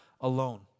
alone